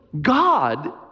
God